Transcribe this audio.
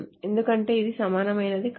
ఎందుకంటే ఇది సమానమైనది కాదు